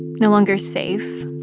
no longer safe,